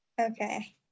Okay